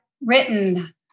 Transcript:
written